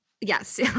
yes